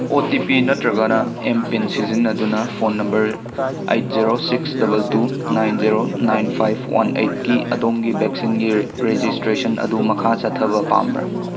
ꯑꯣ T P ꯅꯠꯇ꯭ꯔꯒꯅ M PIN ꯁꯤꯖꯤꯟꯅꯗꯨꯅ phone number eight zero six double two nine zero nine five one ꯑꯩꯠꯀꯤ ꯑꯗꯣꯝꯒꯤ ꯚꯦꯛꯁꯤꯟꯒꯤ ꯔꯦꯖꯤꯁꯇ꯭ꯔꯦꯁꯟ ꯑꯗꯨ ꯃꯈꯥ ꯆꯠꯊꯕ ꯄꯥꯝꯕ꯭ꯔꯥ